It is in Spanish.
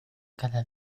cada